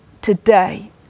today